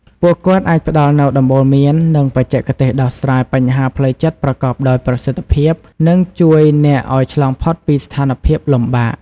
ពួកគាត់អាចផ្ដល់នូវដំបូន្មាន និងបច្ចេកទេសដោះស្រាយបញ្ហាផ្លូវចិត្តប្រកបដោយប្រសិទ្ធភាព និងជួយអ្នកឱ្យឆ្លងផុតពីស្ថានភាពលំបាក។